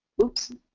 oops.